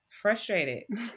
frustrated